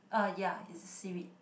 uh ya it's seaweed